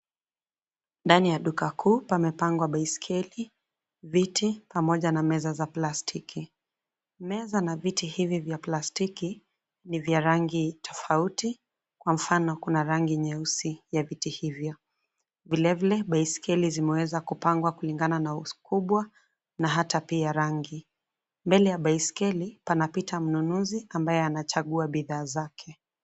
Ndani ya duka kuu pamepangwa baisikeli, viti, pamoja na meza za plastiki. Meza na viti hivi vya plastiki ni vya rangi tofauti kwa mfano kuna rangi nyeusi ya viti hivyo. Vile vile, baisikeli zimeweza kupangwa kulingana na ukubwa na ata pia rangi. Mbele ya baisikeli, panapita mnunuzi ambaye anachagua bidhaa zake.